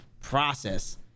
process